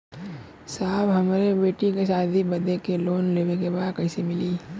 साहब हमरे बेटी के शादी बदे के लोन लेवे के बा कइसे मिलि?